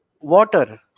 water